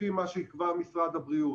לפי מה שיקבע משרד הבריאות.